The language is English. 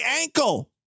ankle